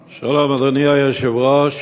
שלום, אדוני היושב-ראש,